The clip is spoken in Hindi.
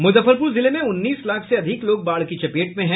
मुजफ्फरपुर जिले में उन्नीस लाख से अधिक लोग बाढ़ की चपेट में हैं